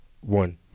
One